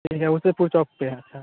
ठीक है उदयपुर चौक पर हैं अच्छा